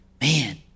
man